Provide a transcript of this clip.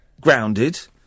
grounded